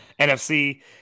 NFC